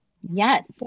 Yes